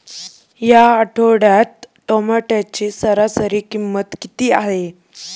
या आठवड्यात टोमॅटोची सरासरी किंमत किती आहे?